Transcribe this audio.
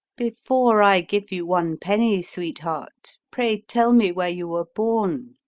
before i give you one penny, sweet-heart, praye tell me where you were borne.